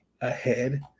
ahead